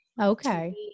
Okay